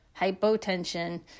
hypotension